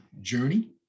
journey